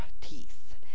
teeth